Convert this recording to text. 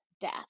death